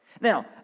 Now